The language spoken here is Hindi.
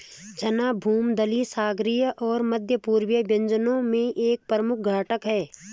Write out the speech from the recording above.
चना भूमध्यसागरीय और मध्य पूर्वी व्यंजनों में एक प्रमुख घटक है